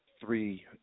three